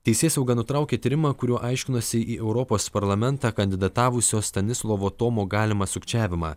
teisėsauga nutraukė tyrimą kuriuo aiškinosi į europos parlamentą kandidatavusio stanislovo tomo galimą sukčiavimą